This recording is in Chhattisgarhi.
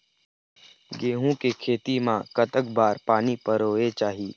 गेहूं के खेती मा कतक बार पानी परोए चाही?